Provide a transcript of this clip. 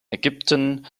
ägypten